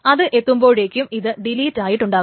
അത് എത്തുമ്പോഴേക്കും ഇത് ഡിലീറ്റ് ആയിട്ട് ഉണ്ടാകും